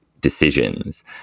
decisions